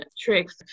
tricks